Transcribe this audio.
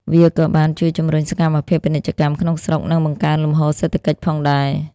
វាក៏បាន ជួយជំរុញសកម្មភាពពាណិជ្ជកម្មក្នុងស្រុក និងបង្កើនលំហូរសេដ្ឋកិច្ចផងដែរ។